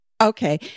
Okay